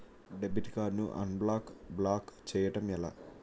Debit card ను unblock block చేయటం ఎలా?